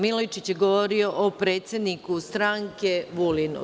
Milojičić je govorio o predsedniku stranke, Vulinu.